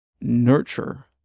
nurture